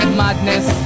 madness